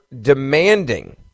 demanding